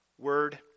Word